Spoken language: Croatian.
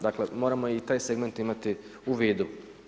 Dakle, moramo i taj segment imati u vidu.